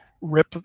rip